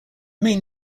main